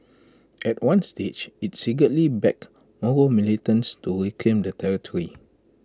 at one stage IT secretly backed Moro militants to reclaim the territory